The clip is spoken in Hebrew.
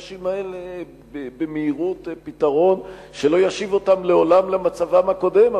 לאנשים האלה פתרון שלא ישיב אותם לעולם למצבם הקודם,